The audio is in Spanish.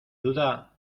duda